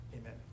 amen